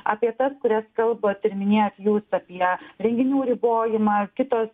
apie tas kurias kalbat ir minėjot jūs apie renginių ribojimą kitos